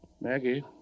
Maggie